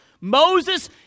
Moses